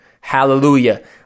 hallelujah